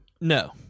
No